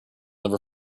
never